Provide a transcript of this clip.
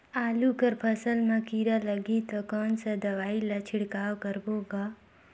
आलू कर फसल मा कीरा लगही ता कौन सा दवाई ला छिड़काव करबो गा?